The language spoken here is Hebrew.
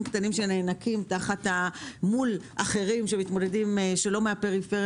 קטנים שנאנקים תחת מול אחרים שלא מהפריפריה.